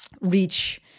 reach